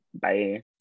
Bye